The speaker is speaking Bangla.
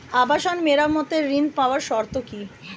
আবাসন মেরামতের ঋণ পাওয়ার শর্ত কি?